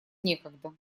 некогда